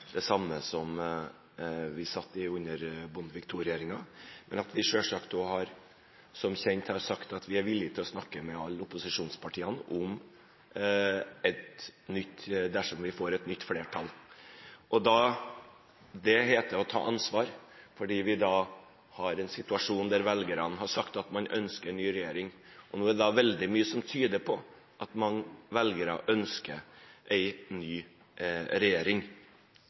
det samme regjeringsalternativet som det vi hadde under Bondevik II-regjeringen, men at vi som kjent også har sagt at vi selvsagt er villige til å snakke med alle opposisjonspartiene dersom vi får et nytt flertall. Det heter å ta ansvar, fordi vi da har en situasjon der velgerne har sagt at de ønsker en ny regjering. Nå er det veldig mye som tyder på at mange velgere ønsker en ny regjering.